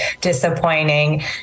disappointing